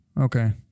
Okay